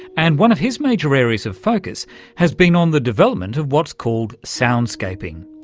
and one of his major areas of focus has been on the development of what's called soundscaping,